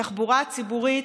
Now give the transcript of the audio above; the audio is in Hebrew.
התחבורה הציבורית,